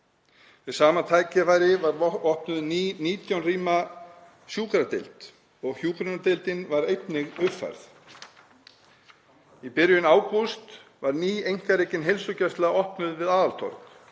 Við sama tækifæri var opnuð ný 19 rýma sjúkradeild og hjúkrunardeildin var einnig uppfærð. Í byrjun ágúst var ný einkarekin heilsugæsla opnuð við Aðaltorg